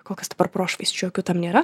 kol kas prošvaisčių jokių tam nėra